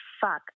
fuck